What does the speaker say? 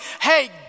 Hey